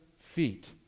feet